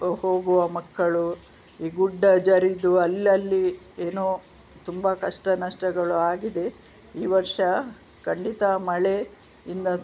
ಹೋಗುವ ಮಕ್ಕಳು ಈ ಗುಡ್ಡ ಜರಿದು ಅಲ್ಲಲ್ಲಿ ಏನೋ ತುಂಬಾ ಕಷ್ಟ ನಷ್ಟಗಳು ಆಗಿದೆ ಈ ವರ್ಷ ಖಂಡಿತ ಮಳೆ ಇಂದ